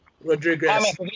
Rodriguez